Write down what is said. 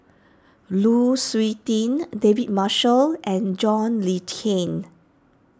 Lu Suitin David Marshall and John Le Cain